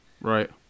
Right